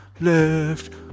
left